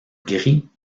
gris